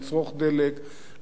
לצרוך דלק,